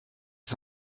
des